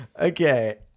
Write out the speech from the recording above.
Okay